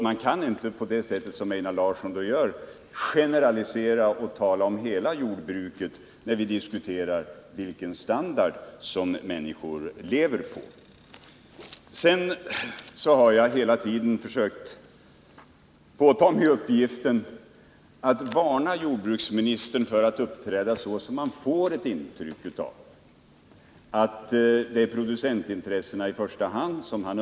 Man kan inte på det sätt som Einar Larsson gör generalisera och tala om hela jordbruket när vi diskuterar vilken standard människor lever på. Jag har hela tiden försökt påta mig uppgiften att varna jordbruksministern för att uppträda så, att man får ett intryck av att det i första hand är producentintressena som han ömmar för.